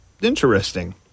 Interesting